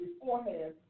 beforehand